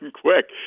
quick